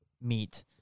meet